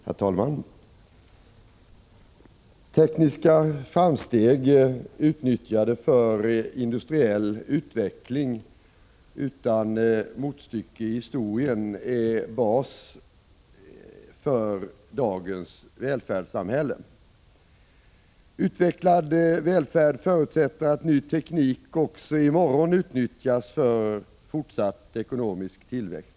Herr talman! Tekniska framsteg utnyttjade för industriell utveckling, utan motstycke i historien, är en bas för dagens välfärdssamhälle. Utvecklad välfärd förutsätter att ny teknik, också i morgon, utnyttjas för fortsatt ekonomisk tillväxt.